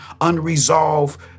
unresolved